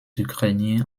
ukrainiens